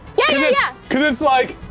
yeah, yeah. cause it's like,